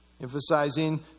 emphasizing